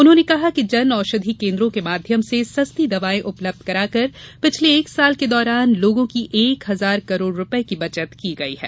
उन्होंने कहा कि जन औषधि केन्द्रों के माध्यम से सस्ती दवाएं उपलब्ध कराकर पिछले एक साल के दौरान लोगों की एक हजार करोड़ रूपये की बचत की गई है